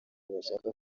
bashaka